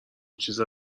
چیز